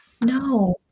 No